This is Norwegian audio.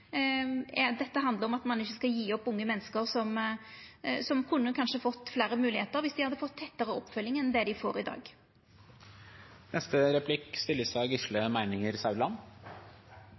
Dette handlar om at ein ikkje skal gje opp unge menneske som kanskje kunne fått fleire moglegheiter viss dei hadde fått tettare oppfølging enn det dei får i dag.